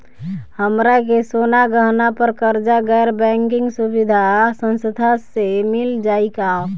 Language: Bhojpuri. हमरा के सोना गहना पर कर्जा गैर बैंकिंग सुविधा संस्था से मिल जाई का?